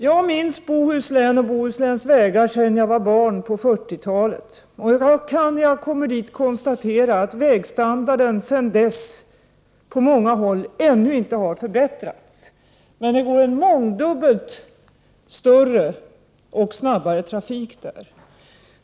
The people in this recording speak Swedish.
Jag minns Bohuslän och vägarna där sedan jag var barn på 40-talet, och när jag kommer dit kan jag konstatera att vägstandarden på många håll sedan dess ännu inte har förbättrats, men det går en mångdubbelt större och snabbare trafik där.